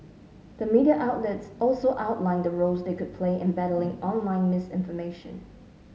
the media outlets also outlined the roles they could play in battling online misinformation